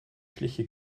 schliche